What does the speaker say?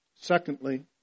Secondly